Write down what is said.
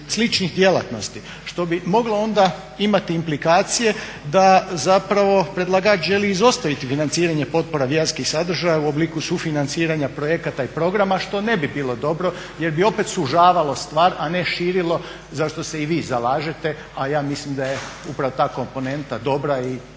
sličnih djelatnosti što bi moglo onda imati implikacije da zapravo predlagač želi izostaviti financiranje potpora vjerskih sadržaja u obliku sufinanciranja projekata i programa što ne bi bilo dobro jer bi opet sužavalo stvar a ne širilo zašto se i vi zalažete, a ja mislim da je upravo ta komponenta dobra i